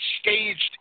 Staged